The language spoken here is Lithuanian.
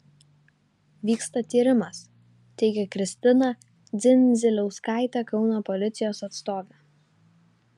vyksta tyrimas teigė kristina dzindziliauskaitė kauno policijos atstovė